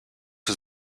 was